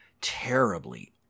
terribly